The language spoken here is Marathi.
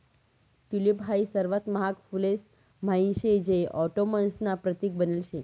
टयूलिप हाई सर्वात महाग फुलेस म्हाईन शे जे ऑटोमन्स ना प्रतीक बनेल शे